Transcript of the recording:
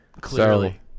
Clearly